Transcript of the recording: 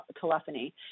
telephony